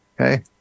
Okay